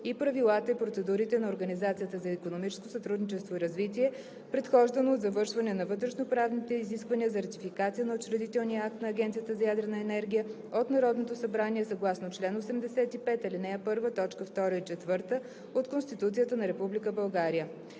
и правилата и процедурите на Организацията за икономическо сътрудничество и развитие, предхождани от завършване на вътрешноправните изисквания за ратификация на учредителния акт на Агенцията за ядрена енергия от Народното събрание съгласно чл. 85, ал. 1, т. 2 и 4 от Конституцията на